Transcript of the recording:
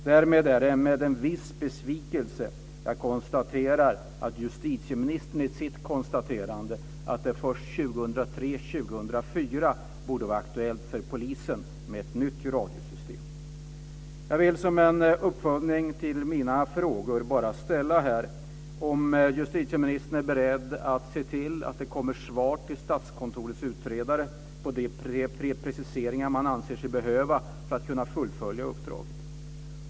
Därför är det med en viss besvikelse jag konstaterar att justitieministern säger att det först 2003--2004 borde vara aktuellt för polisen med ett nytt radiosystem. Jag vill följa upp med att ställa följande frågor. Är justitieministern beredd att se till att det kommer svar till Statskontorets utredare med de preciseringar de anser sig behöva för att fullfölja uppdraget?